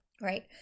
Right